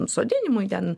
sodinimui ten